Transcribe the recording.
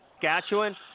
Saskatchewan